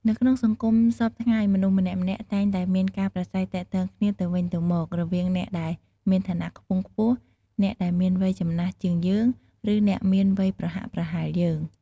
នៅក្នុងសង្គមសព្វថ្ងៃមនុស្សម្នាក់ៗតែងតែមានការប្រាស្រ័យទាក់ទងគ្នាទៅវិញទៅមករវាងអ្នកដែលមានឋានៈខ្ពង់ខ្ពស់ អ្នកដែលមានវ័យចំណាស់ជាងយើងឬអ្នកមានវ័យប្រហាក់ប្រហែលយើង។